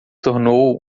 tornou